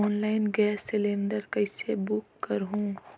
Online gas cylinder कइसे book करहु?